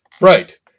Right